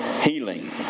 healing